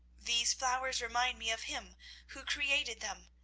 these flowers remind me of him who created them.